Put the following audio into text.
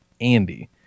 Andy